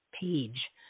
page